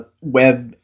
web